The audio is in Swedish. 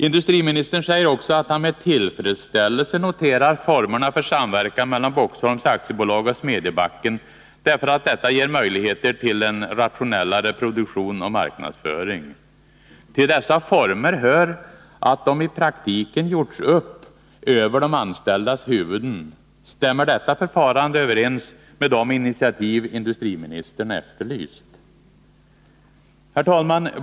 Industriministern säger också att han med tillfredsställelse noterar formerna för samverkan mellan Boxholms AB och Smedjebacken därför att detta ger möjligheter till en rationellare produktion och marknadsföring. Dessa former har i praktiken gjorts upp över de anställdas huvuden. Stämmer detta förfarande överens med de initiativ industriministern efterlyst? Herr talman!